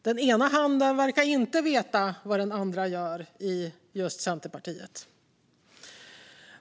Den ena handen verkar inte veta vad den andra gör i Centerpartiet.